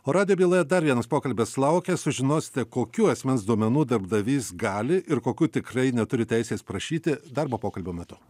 o radijo byloje dar vienas pokalbis laukia sužinosite kokių asmens duomenų darbdavys gali ir kokių tikrai neturi teisės prašyti darbo pokalbio metu